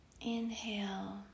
Inhale